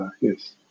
yes